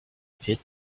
pit